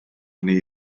hynny